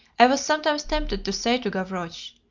i was sometimes tempted to say to gavroche,